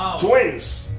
Twins